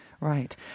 Right